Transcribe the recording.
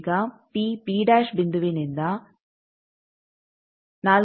ಈಗ ಬಿಂದುವಿನಿಂದ 4